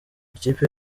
ikipe